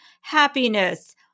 happiness